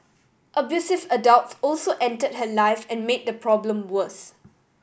abusive adults also entered her life and made the problem worse